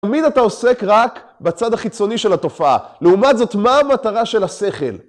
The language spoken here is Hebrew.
תמיד אתה עוסק רק בצד החיצוני של התופעה. לעומת זאת, מה המטרה של השכל?